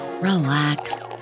relax